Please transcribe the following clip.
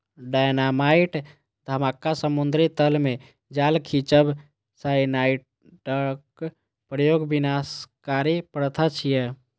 dynamite धमाका, समुद्री तल मे जाल खींचब, साइनाइडक प्रयोग विनाशकारी प्रथा छियै